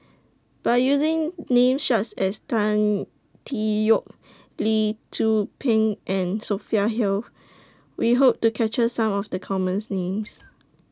By using Names such as Tan Tee Yoke Lee Tzu Pheng and Sophia Hill We Hope to capture Some of The commons Names